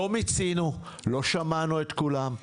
לא מיצינו, לא שמענו את כולם.